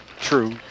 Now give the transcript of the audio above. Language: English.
True